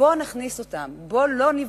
בוא נעשה כמו בחוק לרון.